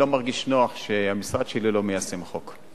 אני לא מרגיש נוח שהמשרד שלי לא מיישם חוק.